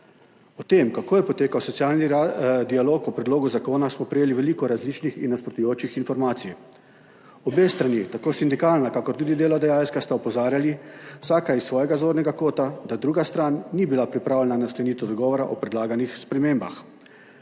O tem, kako je potekal socialni dialog o predlogu zakona, smo prejeli veliko različnih in nasprotujočih si informacij. Obe strani, tako sindikalna kakor tudi delodajalska, sta opozarjali vsaka iz svojega zornega kota, da druga stran ni bila pripravljena na sklenitev dogovora o predlaganih spremembah.